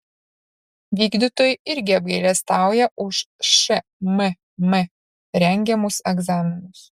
vykdytojai irgi apgailestauja už šmm rengiamus egzaminus